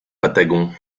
patagon